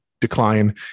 decline